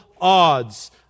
odds